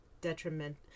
detriment